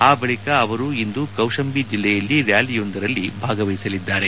ಆ ಬಳಿಕ ಅವರು ಇಂದು ಕೌಶಂಬಿ ಜಿಲ್ಲೆಯಲ್ಲಿ ರ್್ಯಾಲಿಯೊಂದರಲ್ಲಿ ಭಾಗವಹಿಸಲಿದ್ದಾರೆ